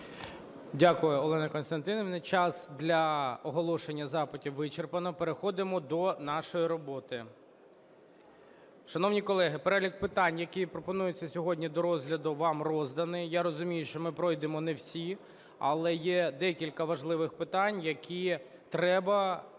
Дякую, Олена Костянтинівна. Час для оголошення запитів вичерпано. Переходимо до нашої роботи. Шановні колеги, перелік питань, які пропонуються сьогодні до розгляду, вам розданий. Я розумію, що ми пройдемо не всі, але є декілька важливих питань, які треба Верховній